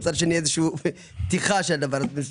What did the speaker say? ומצד שני איזו שהיא פתיחה של הדבר הזה.